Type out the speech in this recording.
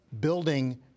building